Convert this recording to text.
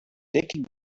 taking